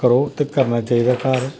करो ते करना चाहिदा घर